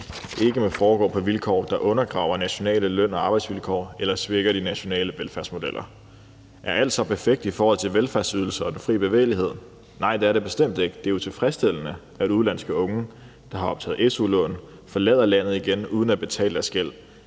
ikke må foregå på vilkår, der undergraver nationale løn- og arbejdsvilkår eller svækker de nationale velfærdsmodeller. Er alt så perfekt i forhold til velfærdsydelser og den frie bevægelighed? Nej, det er det bestemt ikke. Det er utilfredsstillende, at udenlandske unge, der har optaget su-lån, forlader landet igen uden at betale deres gæld.